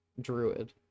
druid